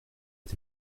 est